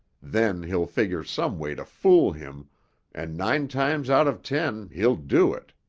then he'll figure some way to fool him and nine times out of ten he'll do it.